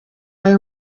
ayo